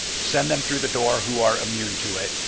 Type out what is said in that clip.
sends them through the door who are immunity to it,